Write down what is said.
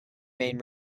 main